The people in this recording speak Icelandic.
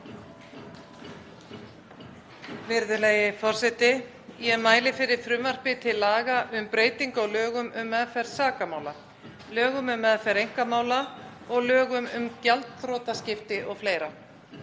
Hæstv. forseti. Ég mæli fyrir frumvarpi til laga um breytingu á lögum um meðferð sakamála, lögum um meðferð einkamála og lögum um gjaldþrotaskipti o.fl.